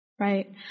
Right